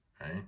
right